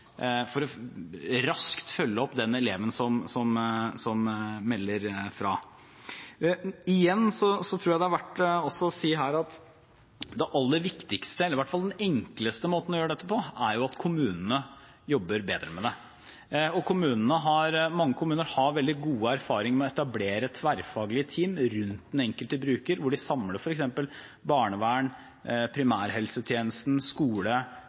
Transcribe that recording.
følge opp den eleven som melder fra. Igjen tror jeg det er verdt også å si her at den enkleste måten å gjøre dette på, er at kommunene jobber bedre med det. Mange kommuner har veldig gode erfaringer med å etablere tverrfaglige team rundt den enkelte bruker, hvor de samler f.eks. barnevern, primærhelsetjenesten, skole og Nav og lager pakker for den enkelte. Jeg har stor tro på det, også fordi jeg tror at for en person som dropper ut av videregående skole,